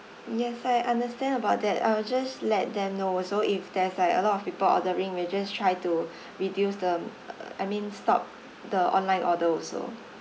yes I understand about that I will just let them know also if there's like a lot of people ordering we'll just try to reduce the err I mean stop the online order also